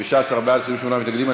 בעד, 15, 28 מתנגדים.